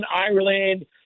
Ireland